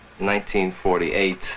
1948